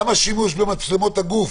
גם השימוש במצלמות הגוף,